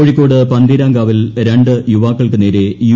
കോഴിക്കോട് പന്തീരാങ്കാവിൽ രണ്ടു യുവാക്കൾക്ക് നേരെ യു